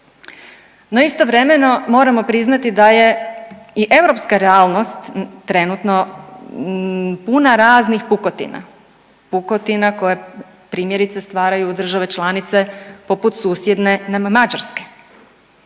No istovremeno moramo priznati da je i europska realnost trenutno puna raznih pukotina, pukotina koja primjerice stvaraju države članice poput susjedne nam Mađarske